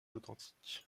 authentiques